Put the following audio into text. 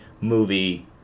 movie